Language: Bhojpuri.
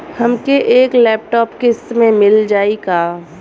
हमके एक लैपटॉप किस्त मे मिल जाई का?